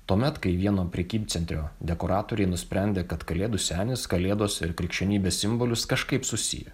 tuomet kai vieno prekybcentrio dekoratoriai nusprendė kad kalėdų senis kalėdos ir krikščionybės simbolis kažkaip susiję